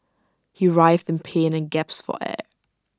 he writhed in pain and gasped for air